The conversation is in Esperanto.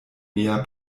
mia